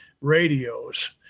radios